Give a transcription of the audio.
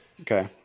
Okay